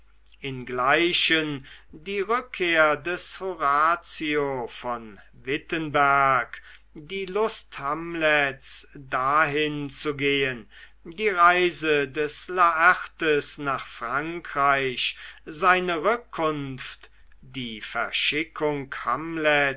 ingleichen die rückkehr des horatio von wittenberg die lust hamlets dahin zu gehen die reise des laertes nach frankreich seine rückkunft die verschickung